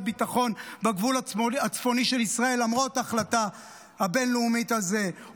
ביטחון בגבול הצפוני של ישראל למרות ההחלטה הבין-לאומית הזאת,